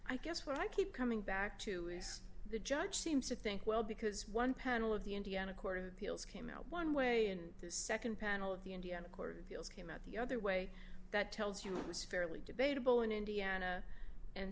i guess what i keep coming back to is the judge seems to think well because one panel of the indiana court of appeals came out one way in the nd panel of the indian accord deals came out the other way that tells you it was fairly debatable in indiana and